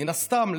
מן הסתם,